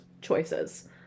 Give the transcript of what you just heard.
choices